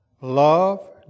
Love